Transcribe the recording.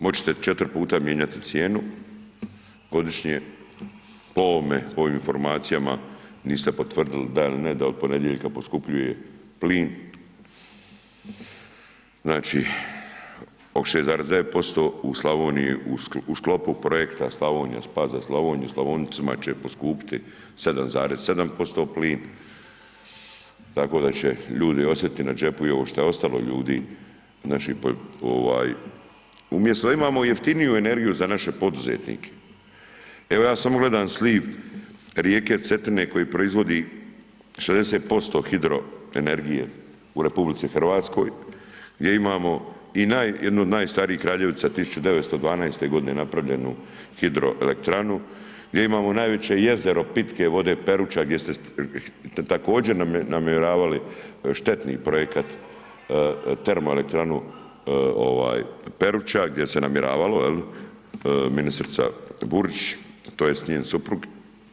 Moći će 4 puta mijenjati cijenu godišnje, po ovim informacijama niste potvrdili da ili ne da od ponedjeljka poskupljuje plin, znači od 6,9%, u Slavoniji u sklopu projekta Spas za Slavoniju, Slavoncima će poskupjeti 7,7% plin tako da će ljudi osjetiti na džepu i ovo što je ostalo ljudi, umjesto da imamo jeftiniju energiju za naše poduzetnike, evo ja samo gledam sliv rijeke Cetine koji proizvodi 60% hidroenergije u RH gdje imamo i jedno od najstarijih, Kraljevica 1912. g. napravljenu hidroelektranu, gdje imamo najveće jezero pitke vode Peruča gdje ste također namjeravali štetni projekt termoelektranu Peruča, gdje se namjeravalo, jel', ministrica Burić tj., njen suprug.